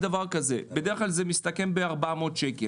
100, 120 שקל הוצאה רק על עמלות על כספומטים.